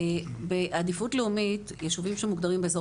בעדיפות לאומית הישובים שמוגדרים באזור